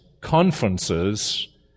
conferences